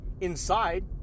inside